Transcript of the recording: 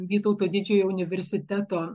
vytauto didžiojo universiteto